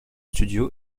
studio